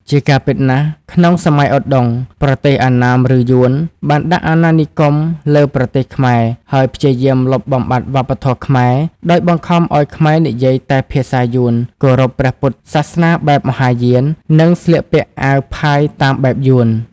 ជាការពិតណាស់ ក្នុងសម័យឧដុង្គ ប្រទេសអណ្ណាម ឬយួន បានដាក់អាណានិគមលើប្រទេសខ្មែរ ហើយព្យាយាមលុបបំបាត់វប្បធម៌ខ្មែរ ដោយបង្ខំឱ្យខ្មែរនិយាយតែភាសាយួន គោរពព្រះពុទ្ធសាសនាបែបមហាយាន និងស្លៀកពាក់អាវផាយតាមបែបយួន។